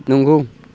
नंगौ